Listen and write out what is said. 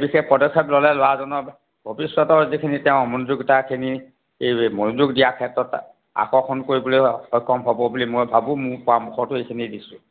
বিশেষ পদক্ষেপ ল'লে ল'ৰাজনৰ ভৱিষ্যতৰ যিখিনি তেওঁৰ অমনোযোগিতাখিনি মনোযোগ দিয়া ক্ষেত্ৰত আকৰ্ষণ কৰিবলৈ সক্ষম হ'ব বুলি মই ভাবোঁ মোৰ পৰামৰ্শটো এইখিনিয়ে দিছোঁ